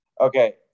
okay